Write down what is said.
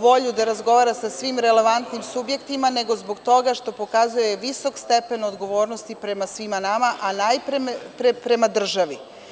volju da razgovara sa svim relevantnim subjektima, nego zbog toga što pokazuje visok stepen odgovornosti prema svima nama, a najpre prema državi.